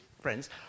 friends